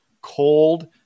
cold